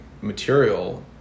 material